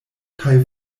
kaj